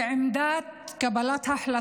לפני שאת אומרת שהוא נוקט עמדה, תקשיבי,